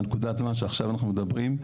בנקודת זמן שעכשיו אנחנו מדברים,